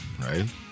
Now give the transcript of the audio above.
right